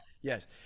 Yes